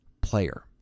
player